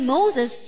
Moses